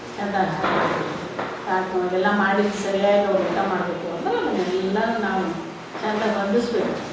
ಚಂದಗೆ ಹಾಕಿಡಬೇಕು ತಾಟ್ನೊಳಗ ಎಲ್ಲ ಮಾಡಿದ ಸರ್ಯಾಗಿ ಅವ್ರ ಊಟ ಮಾಡಬೇಕು ಅಂದ್ರೆ ಅದನ್ನೆಲ್ಲನು ನಾವು ಚಂದಗೆ ಹೊಂದುಸ್ಬೇಕು ಅದನ್ನ